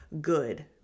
good